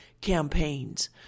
campaigns